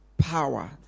power